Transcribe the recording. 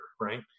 Right